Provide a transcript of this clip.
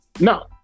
No